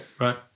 Right